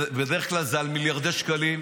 ובדרך כלל זה על מיליארדי שקלים במצטבר.